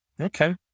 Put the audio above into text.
Okay